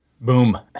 Boom